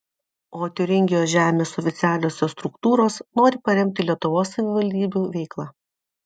o tiūringijos žemės oficialiosios struktūros nori paremti lietuvos savivaldybių veiklą